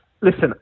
listen